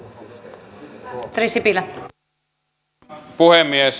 arvoisa puhemies